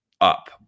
up